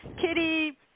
Kitty